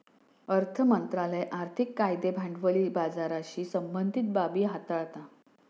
अर्थ मंत्रालय आर्थिक कायदे भांडवली बाजाराशी संबंधीत बाबी हाताळता